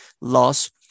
loss